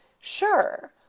sure